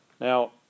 Now